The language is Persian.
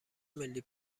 ملی